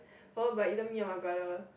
forward by either me or my brother